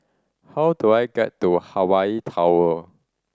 how do I get to Hawaii Tower